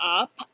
up